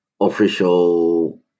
official